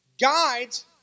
guides